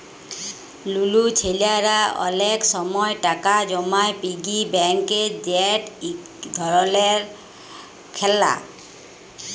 লুলু ছেইলারা অলেক সময় টাকা জমায় পিগি ব্যাংকে যেট ইক ধরলের খেললা